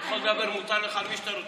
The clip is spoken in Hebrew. אתה יכול לדבר, מותר לך על מי שאתה רוצה.